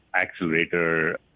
accelerator